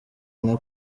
nka